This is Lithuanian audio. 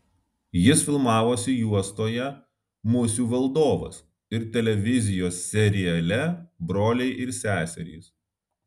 jis filmavosi juostoje musių valdovas ir televizijos seriale broliai ir seserys